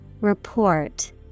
Report